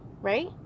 right